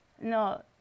No